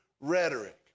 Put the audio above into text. rhetoric